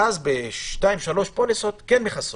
ואז בשתיים-שלוש פוליסות כן מכסות.